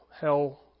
hell